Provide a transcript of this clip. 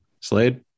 Slade